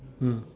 mm